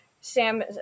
Sam